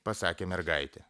pasakė mergaitė